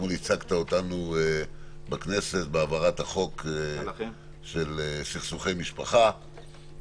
שאתמול ייצגת אותנו בכנסת בהעברת החוק של סכסוכי משפחה,